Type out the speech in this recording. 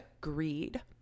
greed